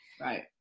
Right